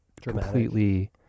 completely